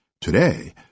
Today